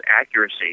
accuracy